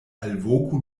alvoku